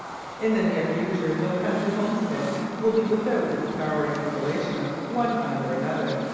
in the near future no country homestead will be without its power installation of one kind or another,